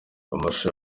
amashusho